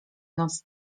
noc